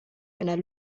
einer